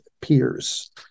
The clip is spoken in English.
peers